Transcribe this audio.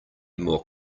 more